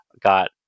got